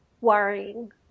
worrying